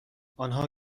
آنها